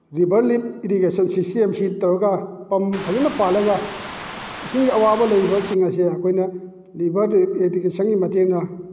ꯔꯤꯕꯔ lift irrigation ꯁꯤꯁꯇꯦꯝꯁꯤ ꯇꯧꯔꯒ ꯄꯝ ꯐꯖꯅ ꯄꯥꯜꯂꯒ ꯏꯁꯤꯡꯒꯤ ꯑꯋꯥꯕ ꯂꯩꯔꯤꯕꯁꯤꯡ ꯑꯁꯦ ꯑꯩꯈꯣꯏꯅ ꯔꯤꯕꯔꯗꯨ ꯏꯔꯦꯇꯤꯀꯦꯁꯟꯒꯤ ꯃꯇꯦꯡꯅ